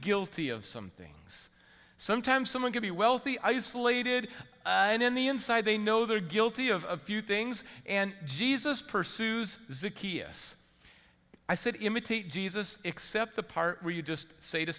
guilty of some things sometimes someone can be wealthy isolated and in the inside they know they're guilty of a few things and jesus pursues zuki is i said imitate jesus except the part where you just say to